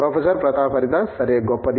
professor Pratap Haridas sir గొప్పది